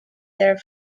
their